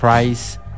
Price